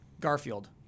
Garfield